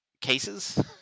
cases